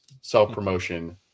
self-promotion